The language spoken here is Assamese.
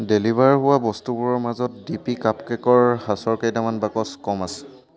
ডেলিভাৰ হোৱা বস্তুবোৰৰ মাজত ডি পি কাপকেকৰ সাঁচৰ কেইটামান বাকচ কম আছে